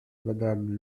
madame